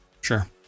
sure